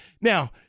Now